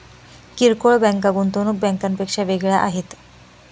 किरकोळ बँका गुंतवणूक बँकांपेक्षा वेगळ्या आहेत